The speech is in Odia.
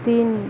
ତିନି